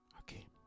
Okay